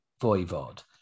Voivod